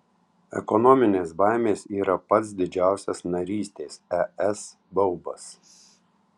ekonominės baimės yra pats didžiausias narystės es baubas